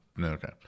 Okay